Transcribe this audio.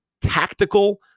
tactical